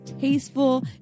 tasteful